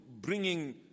bringing